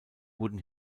wurden